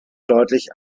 deutlich